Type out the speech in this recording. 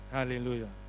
Hallelujah